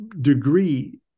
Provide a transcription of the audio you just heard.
degree